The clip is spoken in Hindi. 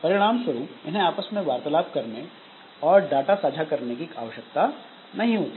परिणाम स्वरूप इन्हें आपस में वार्तालाप करने और डाटा साझा करने की कोई आवश्यकता नहीं होती